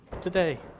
today